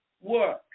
work